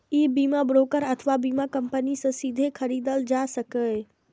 ई बीमा ब्रोकर अथवा बीमा कंपनी सं सीधे खरीदल जा सकैए